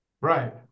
Right